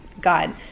God